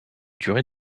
durer